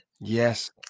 Yes